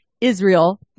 Israel